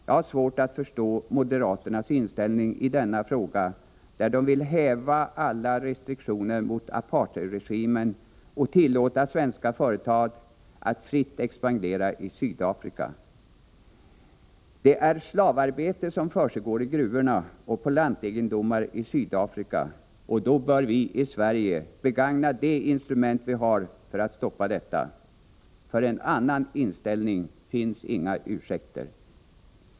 Jag har svårt att förstå moderaternas inställning i denna fråga, där de vill häva alla restriktioner mot apartheidregimen och tillåta svenska företag att fritt expandera i Sydafrika. Det är slavarbete som försiggår i gruvorna och på lantegendomar i Sydafrika, och då bör vi i Sverige begagna de instrument vi har för att stoppa detta. För en annan inställning finns inga ursäkter.